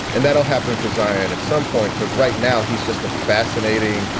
and that'll happen for zion at some point. but right now, he's just a fascinating,